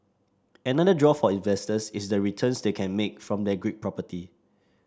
another draw for investors is the returns they can make from their Greek property